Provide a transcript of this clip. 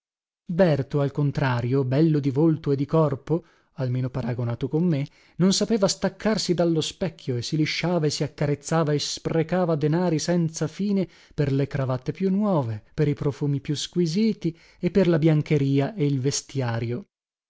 berto al contrario bello di volto e di corpo almeno paragonato con me non sapeva staccarsi dallo specchio e si lisciava e si accarezzava e sprecava denari senza fine per le cravatte più nuove per i profumi più squisiti e per la biancheria e il vestiario